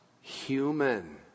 human